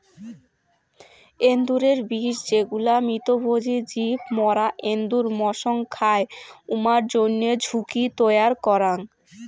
এন্দুরের বিষ যেগুলা মৃতভোজী জীব মরা এন্দুর মসং খায়, উমার জইন্যে ঝুঁকি তৈয়ার করাং